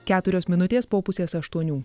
keturios minutės po pusės aštuonių